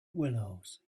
willows